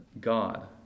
God